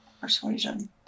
Persuasion